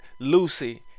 lucy